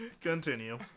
continue